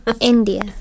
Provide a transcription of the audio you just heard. India